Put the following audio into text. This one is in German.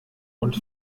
und